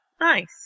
Nice